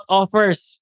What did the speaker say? offers